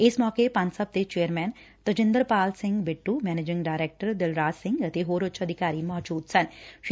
ਇਸ ਮੌਕੇ ਪਨਸਪ ਦੇ chairman Tajinderpal Singh Bittu managing director Dilraj Singh ਅਤੇ ਹੋਰ ਉੱਚ ਅਧਿਕਾਰੀ ਮੌਜੁਦ ਸਨ